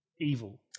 evil